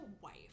wife